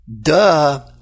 Duh